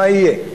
מה יהיה?